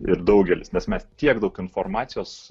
ir daugelis nes mes tiek daug informacijos